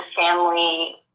family